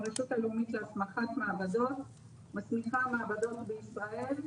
הרשות הלאומית להסמכת מעבדות מסמיכה מעבדות בישראל.